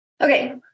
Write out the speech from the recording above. Okay